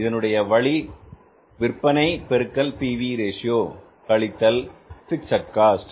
இதனுடைய வழி விற்பனை பெருக்கல் P V ratio PV Ratio கழித்தல் பிக்ஸட் காஸ்ட்